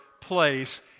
place